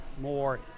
more